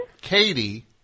Katie